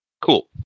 Cool